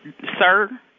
Sir